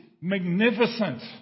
magnificent